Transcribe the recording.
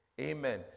Amen